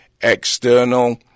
external